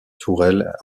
tourelles